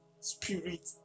Spirit